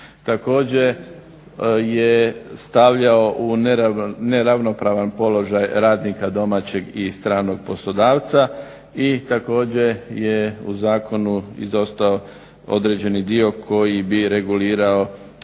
Također je stavljao u neravnopravan položaj radnika domaćeg i sgtranog poslodavca i također je u zakonu izostao određeni dio koji bi regulirao